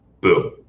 Boom